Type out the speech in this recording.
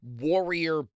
warrior